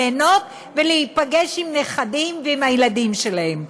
ליהנות ולהיפגש עם הנכדים ועם הילדים שלהם.